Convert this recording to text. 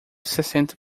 sessenta